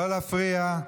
לא להפריע.